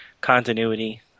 continuity